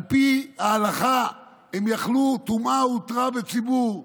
על פי ההלכה הם יכלו, טומאה הותרה בציבור,